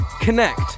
connect